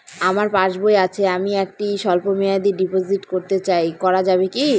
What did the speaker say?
আমার পাসবই আছে আমি একটি স্বল্পমেয়াদি ডিপোজিট করতে চাই করা যাবে কি?